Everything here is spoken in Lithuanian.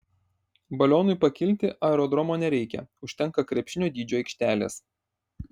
balionui pakilti aerodromo nereikia užtenka krepšinio dydžio aikštelės